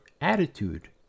attitude